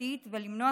וחברתית ולמנוע